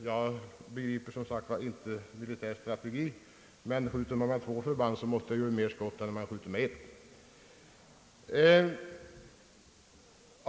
Jag begriper som sagt inte militär strategi, men skjuter man med två förband måste det väl bli flera skott än om man skjuter med ett.